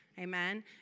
Amen